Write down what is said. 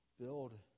build